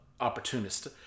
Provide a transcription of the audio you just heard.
opportunist